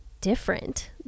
different